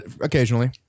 occasionally